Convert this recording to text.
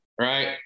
right